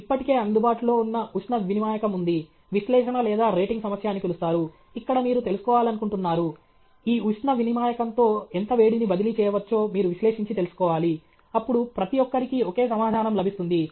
ఇప్పటికే అందుబాటులో ఉన్న ఉష్ణ వినిమాయకం ఉంది విశ్లేషణ లేదా రేటింగ్ సమస్య అని పిలుస్తారు ఇక్కడ మీరు తెలుసుకోవాలనుకుంటున్నారు ఈ ఉష్ణ వినిమాయకంతో ఎంత వేడిని బదిలీ చేయవచ్చో మీరు విశ్లేషించి తెలుసుకోవాలి అప్పుడు ప్రతి ఒక్కరికీ ఒకే సమాధానం లభిస్తుంది